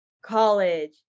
College